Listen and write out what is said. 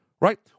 Right